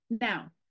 Now